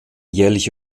jährlich